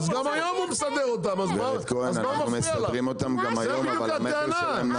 גברת כהן גם היום אנחנו מסדרים אותם טוב אבל המכר שלהם נמוך.